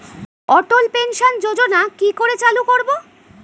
অটল pension যোজনার কি করে চালু করব?